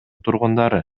тургундары